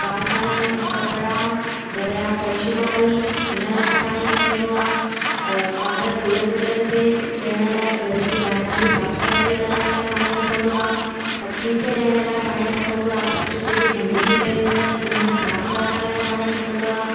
बासण कपिड़ा घर जा फर्श ॿुहारी उनजे लाइ पाणी खपंदो आहे ॿाहिरि गुलनि वुलनि खे ॾियण लाइ घर जी ॿाहिरि जी साफ़ु सफ़ाई करण लाइ पाणी खपंदो आहे पखीयुनि खे ॾियण लाइ पाणी खपंदो आहे पखी जेके गंदगी करे वेंदा आहिनि उनखे साफ़ु करण लाइ पाणी खपंदो आहे